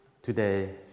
Today